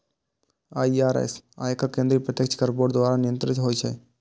IRS, आयकर केंद्रीय प्रत्यक्ष कर बोर्ड द्वारा नियंत्रित होइ छै